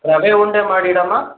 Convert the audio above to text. ರವೆ ಉಂಡೆ ಮಾಡಿಡಮ್ಮ